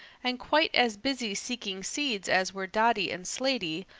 and quite as busy seeking seeds as were dotty and slaty,